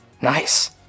Nice